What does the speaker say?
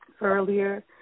earlier